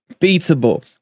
beatable